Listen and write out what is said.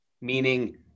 meaning